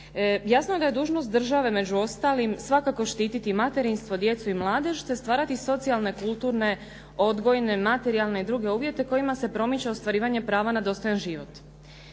Jasno je da je dužnost države među ostalim svakako štititi materinstvo, djecu i mladež, te stvarati socijalne, kulturne, odgojne, materijalne i druge uvjete kojima se promiče ostvarivanje prava na dostojan život.